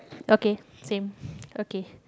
okay same okay